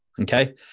Okay